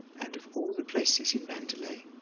and of all the places in mandalay,